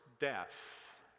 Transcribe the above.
death